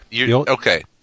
Okay